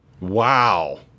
Wow